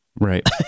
Right